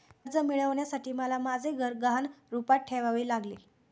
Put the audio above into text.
कर्ज मिळवण्यासाठी मला माझे घर गहाण रूपात ठेवावे लागले